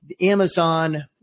Amazon